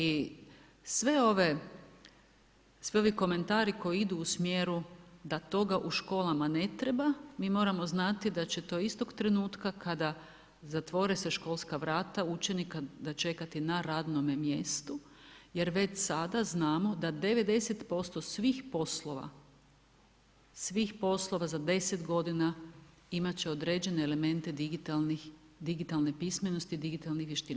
I svi ovi komentari koji odu u smjeru da toga u školama ne treba, mi moramo znati da će to istog trenutka kada zatvore se školska vrata, učenika dočekati na radnom mjestu jer već sada znamo da 90% svih poslova, svih poslova za 10 g. imat će određene elemente digitalne pismenosti digitalnih vještina.